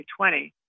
2020